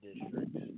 districts